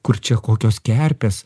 kur čia kokios kerpės